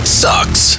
sucks